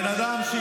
בן אדם,